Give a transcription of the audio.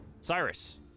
Cyrus